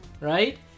right